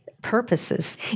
Purposes